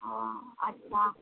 ह अच्छा